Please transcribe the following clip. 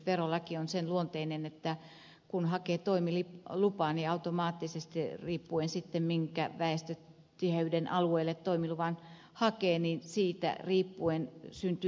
verolaki on sen luonteinen että kun hakee toimilupaa niin automaattisesti riippuen sitten siitä minkä väestötiheyden alueelle toimiluvan hakee syntyy maksuvelvoite